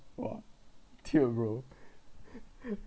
!wah! tilt bro